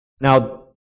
Now